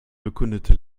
bekundete